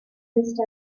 list